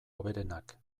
hoberenak